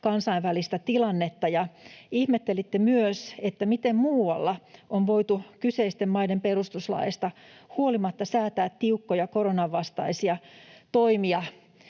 kansainvälistä tilannetta ja ihmettelitte myös, miten muualla on voitu kyseisten maiden perustuslaista huolimatta säätää tiukkoja koronan vastaisia toimia.